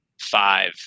five